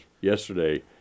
yesterday